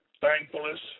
thankfulness